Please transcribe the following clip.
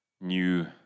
new